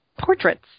portraits